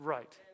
Right